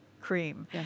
cream